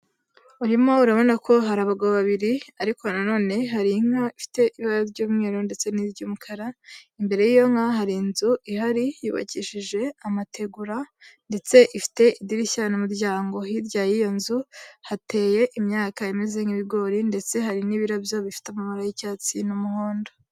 Urimo urabona ko hari abagabo babiri ariko na none hari inka ifite ibara ry'umweru ndetse n'iry'umukara, imbere y'iyo nka hari inzu ihari yubakishije amategura ndetse ifite idirishya n'umuryango. Hirya y'iyo nzu hateye imyaka imeze nk'ibigori ndetse hari n'ibirabyo bifite amabara y'icyatsi n'umuhondo.